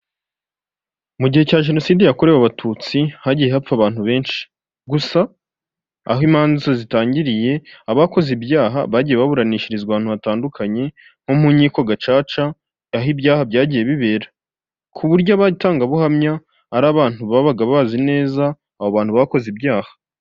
Mu gihe cya Jenoside yakorewe abatutsi hagiye hapfa abantu benshi, gusa aho imanza zitangiriye abakoze ibyaha bagiye baburanishirizwa ahantu hatandukanye, nko mu nkiko gacaca aho ibyaha byagiye bibera, ku buryo abatangabuhamya ari abantu babaga bazi neza abo bantu bakoze ibyaha.